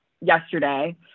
yesterday